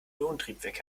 ionentriebwerk